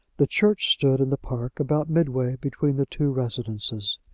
the church stood in the park, about midway between the two residences.